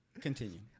Continue